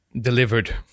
delivered